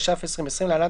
התש"ף-2020 (להלן,